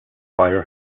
beyer